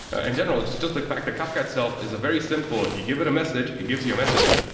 in general, just just the fact that kafka itself is very simple. you give it a message, it gives you a message.